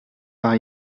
par